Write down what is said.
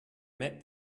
met